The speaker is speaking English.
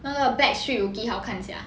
那个 backstreet rookie 好看 sia